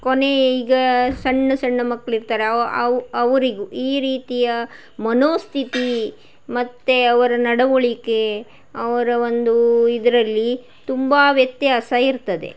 ಕೊನೆಯ ಈಗ ಸಣ್ಣ ಸಣ್ಣ ಮಕ್ಕಳಿರ್ತಾರೆ ಅವ ಅವು ಅವರಿಗೂ ಈ ರೀತಿಯ ಮನೋಸ್ಥಿತಿ ಮತ್ತು ಅವರ ನಡವಳಿಕೆ ಅವರ ಒಂದು ಇದರಲ್ಲಿ ತುಂಬ ವ್ಯತ್ಯಾಸ ಇರ್ತದೆ